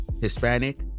Hispanic